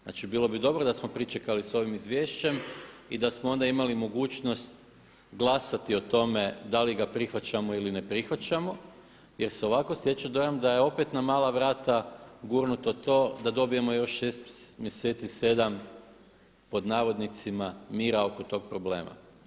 Znači bilo bi dobro da smo pričekali s ovim izvješćem i da smo onda imali mogućnost glasati o tome da li ga prihvaćamo ili ga ne prihvaćamo jer se ovako stječe dojam da je opet na mala vrata gurnuto to da dobijemo još 6 mjeseci, 7 „mira“ oko tog problema.